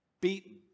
beaten